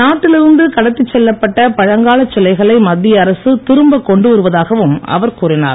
நாட்டில் இருந்து கடத்தி செல்லப்பட்ட பழங்காலச் சிலைகளை மத்திய அரசு திரும்பக் கொண்டு வருவதாகவும் அவர் கூறினார்